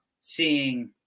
seeing